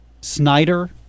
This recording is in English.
snyder